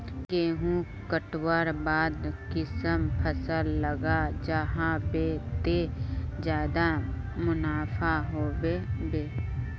गेंहू कटवार बाद कुंसम फसल लगा जाहा बे ते ज्यादा मुनाफा होबे बे?